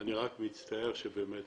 אני רק מצטער, באמת